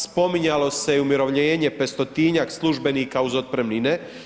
Spominjalo se i umirovljenje 50-tinjak službenika uz otpremnine.